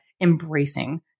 embracing